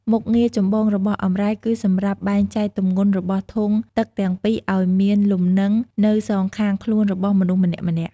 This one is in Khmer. មុខងារចម្បងរបស់អម្រែកគឺសម្រាប់ បែងចែកទម្ងន់ របស់ធុងទឹកទាំងពីរឱ្យមានលំនឹងនៅសងខាងខ្លួនរបស់មនុស្សម្នាក់ៗ។